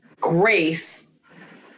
grace